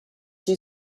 you